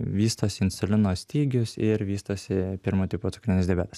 vystosi insulino stygius ir vystosi pirmo tipo cukrinis diabetas